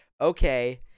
okay